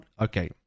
okay